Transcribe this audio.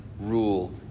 rule